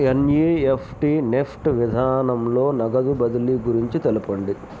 NEFT NEFT విధానంలో నగదు బదిలీ గురించి తెలుపండి?